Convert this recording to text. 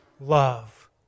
love